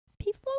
people